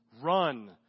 Run